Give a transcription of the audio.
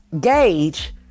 gauge